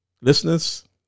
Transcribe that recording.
Listeners